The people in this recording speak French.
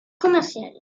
commerciales